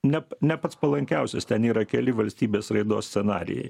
ne ne pats palankiausias ten yra keli valstybės raidos scenarijai